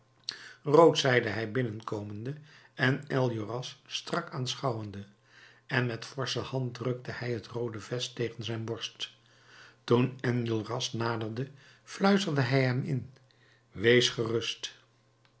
rood zeide hij binnenkomende en enjolras strak aanschouwende en met forsche hand drukte hij het roode vest tegen zijn borst toen enjolras naderde fluisterde hij hem in wees gerust